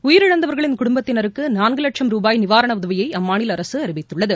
உயிரிழந்தவர்களின் குடும்பத்தினருக்குநான்குலட்சம் ருபாய் நிவாரணஉதவியைஅம்மாநிலஅரசுஅறிவித்துள்ளது